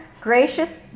gracious